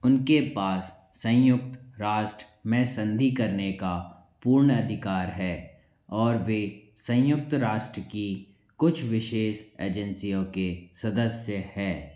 उनके पास संयुक्त राष्ट्र में संधि करने का पूर्ण अधिकार है और वे संयुक्त राष्ट्र की कुछ विशेष एजेंसियों के सदस्य हैं